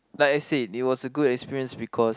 like I said it was a good experience because